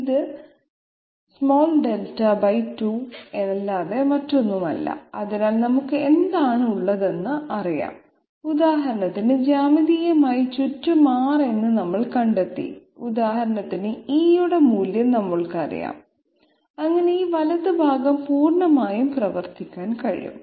ഇത് δ ബൈ 2 അല്ലാതെ മറ്റൊന്നുമല്ല അതിനാൽ നമുക്ക് എന്താണ് ഉള്ളതെന്ന് അറിയാം ഉദാഹരണത്തിന് ജ്യാമിതീയമായി ചുറ്റും R എന്ന് നമ്മൾ കണ്ടെത്തി ഉദാഹരണത്തിന് e യുടെ മൂല്യം നമ്മൾക്കറിയാം അങ്ങനെ ഈ വലതുഭാഗം പൂർണ്ണമായും പ്രവർത്തിക്കാൻ കഴിയും